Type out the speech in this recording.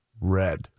Red